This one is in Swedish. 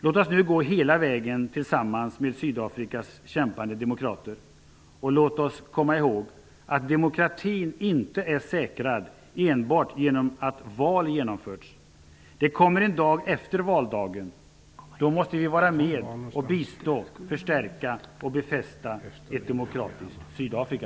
Låt oss nu gå hela vägen tillsammans med Sydafrikas kämpande demokrater, och låt oss komma ihåg att demokratin inte är säkrad enbart genom att val har genomförts! Det kommer en dag efter valdagen. Då måste vi vara med och bistå, förstärka och befästa ett demokratiskt Sydafrika.